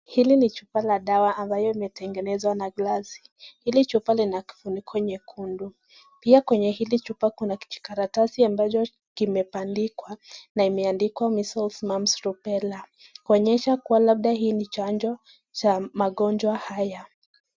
Hili ni chupa la dawa ambayo imetegenezwa na glasi. Hili chupa lina kifuniko nyekundu. Pia kwenye hili chupa kuna kijikaratasi ambacho kimebandikwa na imeandikwa measles, mumps, rubela kuonyesha kuwa labda hii ni chanjo cha magonjwa haya.